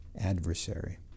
adversary